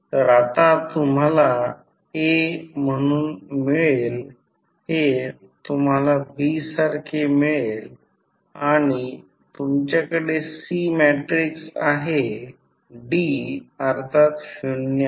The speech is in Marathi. तर आता तुम्हाला A म्हणून मिळेल हे तुम्हाला B सारखे मिळेल आणि तुमच्याकडे C मॅट्रिक्स आहे D अर्थात 0 आहे